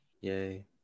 Yay